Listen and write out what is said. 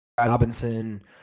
Robinson